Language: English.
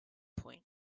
point